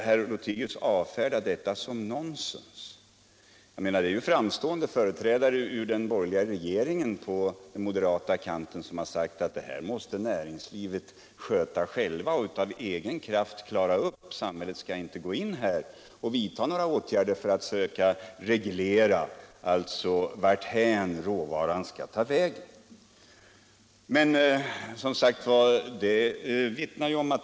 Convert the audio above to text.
Det är ju framstående företrädare för den borgerliga regeringen även på den moderata kanten som sagt att detta måste näringslivet självt sköta och av egen kraft klara upp. Samhället skall inte vidta några åtgärder för att söka reglera varthän råvaran skall ta vägen, säger man.